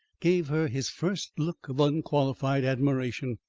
gave her his first look of unqualified admiration.